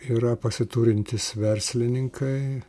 yra pasiturintys verslininkai